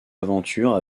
aventure